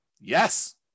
Yes